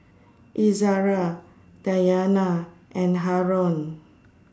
Izzara Dayana and Haron